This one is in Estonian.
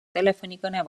telefonikõne